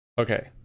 Okay